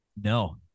no